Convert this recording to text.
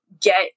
get